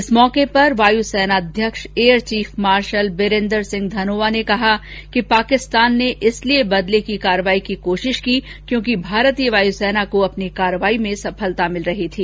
इस अवसर पर वायुसेनाध्यक्ष एयरचीफ मार्शल बिरेन्दर सिंह धनोआ ने कहा कि पाकिस्तान ने इसलिए बदले की कार्रवाई की कोशिश की क्योंकि भारतीय वायुसेना को अपनी कार्रवाई में सफलता मिल रही थी